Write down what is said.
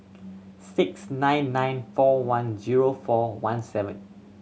six nine nine four one zero four one seven